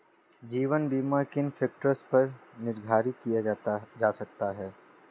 जीवन बीमा किन फ़ैक्टर्स पर निर्धारित किया जा सकता है?